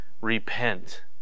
Repent